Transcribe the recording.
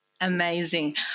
Amazing